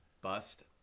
bust